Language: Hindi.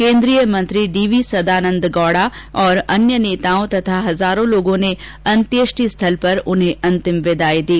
केन्द्रीय मंत्री डी वी सदानन्द गौड़ा और अन्य नेताओं तथा हजारों लोगों ने अंत्येष्टि स्थल पर उन्हें अंतिम विदाई दी